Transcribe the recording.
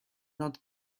not